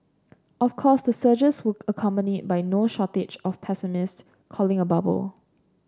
of course the surges would accompanied by no shortage of pessimists calling a bubble